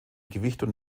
gewichtung